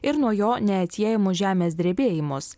ir nuo jo neatsiejamus žemės drebėjimus